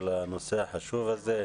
על הנושא החשוב הזה.